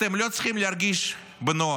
אתם לא צריכים להרגיש בנוח,